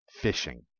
fishing